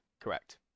Correct